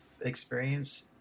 experience